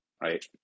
right